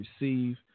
receive